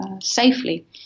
safely